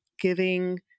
giving